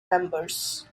members